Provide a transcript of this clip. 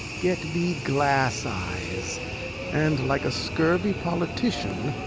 get thee glass eyes and, like a scurvy politician,